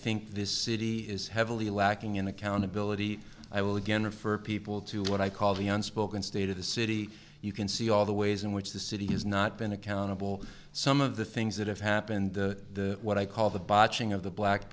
think this city is heavily lacking in accountability i will again refer people to what i call the unspoken state of the city you can see all the ways in which the city has not been accountable some of the things that have happened to what i call the botching of the black